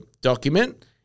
document